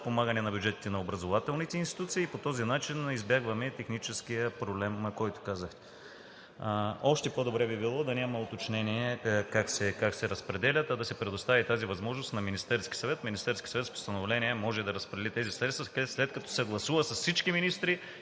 подпомагане на бюджетите на образователните институции и по този начин избягваме техническия проблем. Още по-добре би било да няма уточнения как се разпределят, а да се предостави тази възможност на Министерския съвет, а Министерският съвет с постановление може да разпредели тези средства, след като се гласува с всички министри